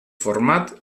format